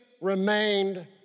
remained